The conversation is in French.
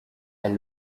elle